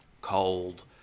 cold